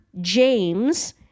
James